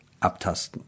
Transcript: abtasten